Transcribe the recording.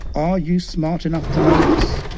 are you smart enough to know this?